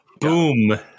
Boom